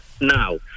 now